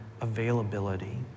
availability